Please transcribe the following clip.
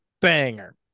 banger